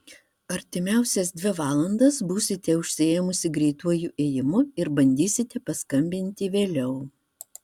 artimiausias dvi valandas būsite užsiėmusi greituoju ėjimu ir bandysite paskambinti vėliau